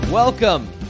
Welcome